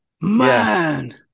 Man